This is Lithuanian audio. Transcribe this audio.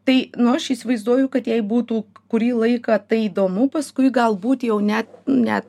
tai nu aš įsivaizduoju kad jai būtų kurį laiką tai įdomu paskui galbūt jau net net